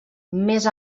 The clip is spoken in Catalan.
més